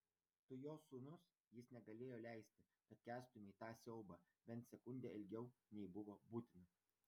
tu jo sūnus jis negalėjo leisti kad kęstumei tą siaubą bent sekundę ilgiau nei buvo būtina